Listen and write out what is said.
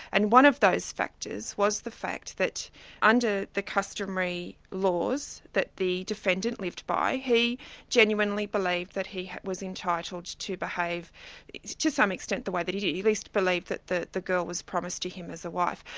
and one of those factors was the fact that under the customary laws that the defendant lived by, he genuinely believed that he was entitled to behave to some extent the way that he did. he believed that the the girl was promised to him as a wife,